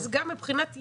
אז גם מבחינת יעילות,